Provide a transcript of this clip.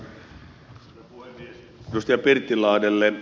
arvoisa puhemies